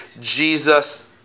Jesus